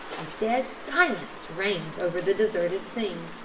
a dead silence reigned over the deserted scene.